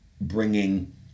bringing